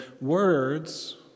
words